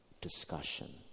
Discussion